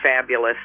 fabulous